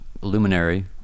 luminary